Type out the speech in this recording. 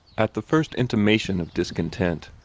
at the first intimation of discontent,